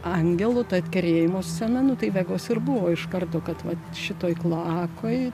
angelu ta kerėjimo scena nu tai vegos ir buvo iš karto kad vat šitoj kloakoj